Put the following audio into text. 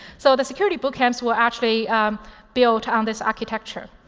so the security boot camps were actually built on this architecture.